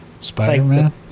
Spider-Man